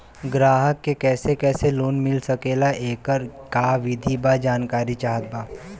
ग्राहक के कैसे कैसे लोन मिल सकेला येकर का विधि बा जानकारी चाहत बा?